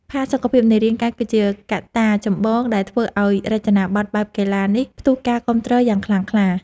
ផាសុកភាពនៃរាងកាយ គឺជាកត្តាចម្បងដែលធ្វើឱ្យរចនាប័ទ្មបែបកីឡានេះផ្ទុះការគាំទ្រយ៉ាងខ្លាំងខ្លា។